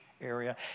area